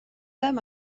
them